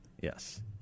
Yes